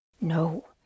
No